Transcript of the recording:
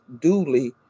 duly